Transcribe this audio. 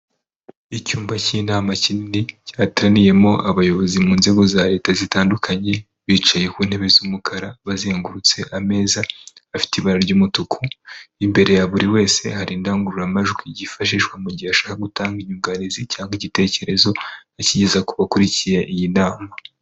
Icyumba cy'inama kinini cyateraniyemo abayobozi mu nzego za leta zitandukanye, bicaye ku ntebe z'umukara bazengurutse ameza afite ibara ry'umutuku, imbere ya buri wese hari indangururamajwi yifashishwa mu gihe ashaka gutanga inyunganizi cyangwa igitekerezo akigeza ku bakurikiye iyi nama.